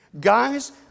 guys